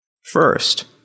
First